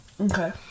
Okay